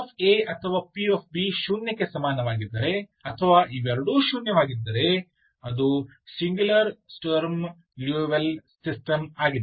paಅಥವಾ pb ಶೂನ್ಯಕ್ಕೆ ಸಮನಾಗಿದ್ದರೆ ಅಥವಾ ಇವೆರಡೂ ಶೂನ್ಯವಾಗಿದ್ದರೆ ಅದು ಸಿಂಗುಲರ್ ಸ್ಟರ್ಮ್ ಲಿಯೋವಿಲ್ಲೆ ಸಿಸ್ಟಮ್ ಆಗಿದೆ